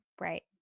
Right